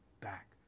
back